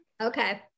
Okay